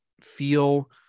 feel